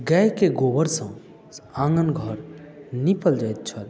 गायके गोबरसँ आङ्गन घर नीपल जाइत छल